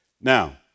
Now